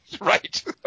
Right